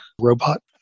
robot